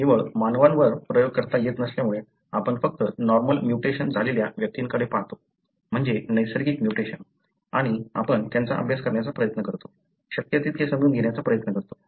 केवळ मानवांवर प्रयोग करता येत नसल्यामुळे आपण फक्त नॉर्मल म्युटेशन झालेल्या व्यक्तींकडे पाहतो म्हणजे नैसर्गिक म्युटेशन आणि आपण त्यांचा अभ्यास करण्याचा प्रयत्न करतो शक्य तितके समजून घेण्याचा प्रयत्न करतो